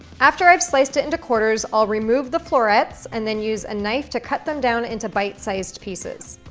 after i've sliced it into quarters, i'll remove the florets and then use a knife to cut them down into bite sized pieces.